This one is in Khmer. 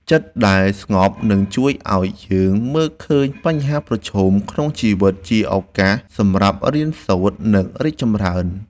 ចិត្តដែលស្ងប់នឹងជួយឱ្យយើងមើលឃើញបញ្ហាប្រឈមក្នុងជីវិតជាឱកាសសម្រាប់រៀនសូត្រ និង រីកចម្រើន។